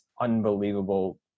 unbelievable